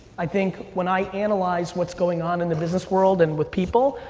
i think when i analyze what's going on in the business world and with people,